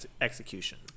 execution